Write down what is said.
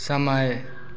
समय